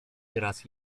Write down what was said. raz